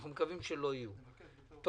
אנחנו מקווים שלא יהיו בעיות.